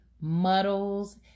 muddles